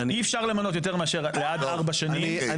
אי אפשר למנות יותר מאשר עד ארבע שנים.